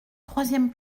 troisième